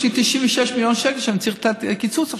יש לי 96 מיליון שקל שאני צריך לקצץ עכשיו.